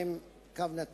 אני מתכבד